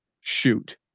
Shoot